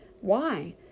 Why